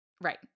right